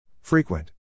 Frequent